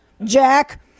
jack